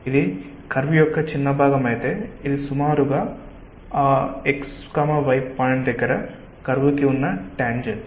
ఇది కర్వ్ యొక్క చిన్న భాగం అయితే ఇది సుమారుగా ఆ x y పాయింట్ దగ్గర కర్వ్ కి ఉన్న టాంజెంట్